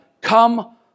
come